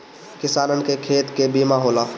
किसानन के खेत के बीमा होला